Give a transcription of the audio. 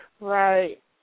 Right